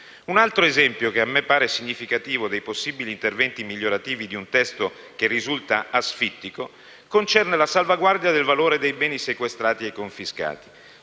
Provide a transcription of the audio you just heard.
Un altro esempio che a me pare significativo dei possibili interventi migliorativi di un testo che risulta asfittico concerne la salvaguardia del valore dei beni sequestrati ai confiscati.